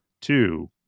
two